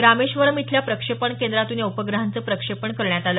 रामेश्वरम् इथल्या प्रक्षेपण केंद्रातून या उपग्रहांचं प्रक्षेपण करण्यात आलं